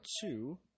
two